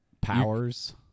Powers